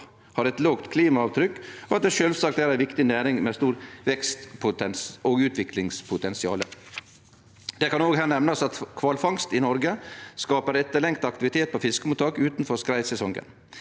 har eit lågt klimaavtrykk, og at det sjølvsagt er ei viktig næring med stort vekst- og utviklingspotensial. Det kan her òg nemnast at kvalfangst i Noreg skapar etterlengta aktivitet på fiskemottak utanfor skreisesongen.